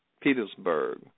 Petersburg